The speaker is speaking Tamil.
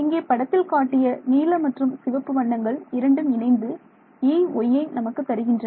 இங்கே படத்தில் காட்டிய நீல மற்றும் சிவப்பு வண்ணங்கள் இரண்டும் இணைந்து Ey நமக்குத் தருகின்றன